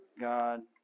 God